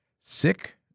Sick